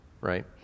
right